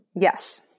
Yes